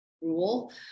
rule